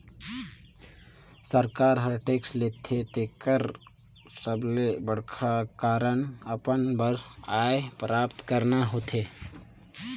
सरकार हर टेक्स लेथे तेकर सबले बड़खा कारन अपन बर आय प्राप्त करना होथे